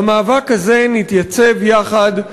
במאבק הזה נתייצב יחד,